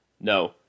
No